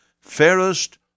Fairest